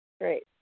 Great